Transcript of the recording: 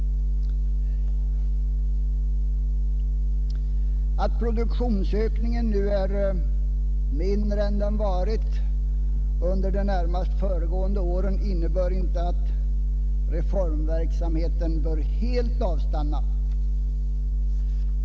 Att produktionsökningen nu är mindre än den varit under de närmast föregående åren innebär inte att reformverksamheten bör helt avstanna.